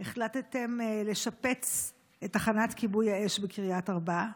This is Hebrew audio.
החלטתם לשפץ את תחנת כיבוי האש בקריית ארבע.